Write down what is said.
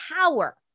power